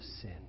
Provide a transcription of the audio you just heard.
sin